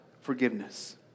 forgiveness